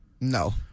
No